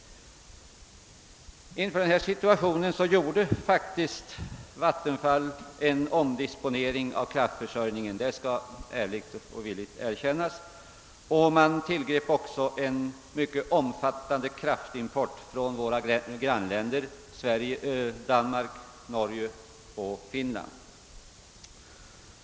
Inför denna situation gjorde faktiskt Vattenfall en omdisponering av kraftförsörjningen — det skall ärligt och villigt erkännas. Man tillgrep också en mycket omfattande kraftimport från våra grannländer — Danmark, Norge och Finland.